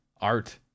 art